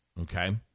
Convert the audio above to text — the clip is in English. Okay